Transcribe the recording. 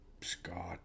Scott